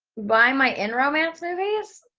why am i in romance movies?